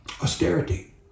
Austerity